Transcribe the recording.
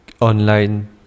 online